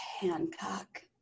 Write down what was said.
Hancock